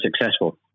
successful